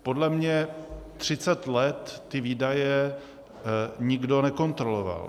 Podle mě 30 let ty výdaje nikdo nekontroloval.